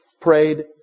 prayed